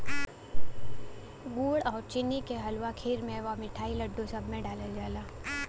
गुड़ आउर चीनी के हलुआ, खीर, मेवा, मिठाई, लड्डू, सब में डालल जाला